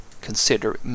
consider